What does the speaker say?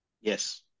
Yes